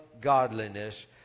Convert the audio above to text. godliness